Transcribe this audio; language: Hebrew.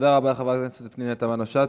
תודה רבה לחברת הכנסת פנינה תמנו-שטה.